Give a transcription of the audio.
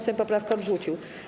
Sejm poprawkę odrzucił.